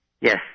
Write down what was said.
Yes